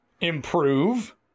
improve